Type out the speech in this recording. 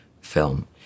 film